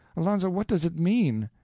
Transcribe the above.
alonzo, what does it mean?